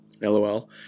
Lol